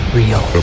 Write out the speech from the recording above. real